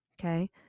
Okay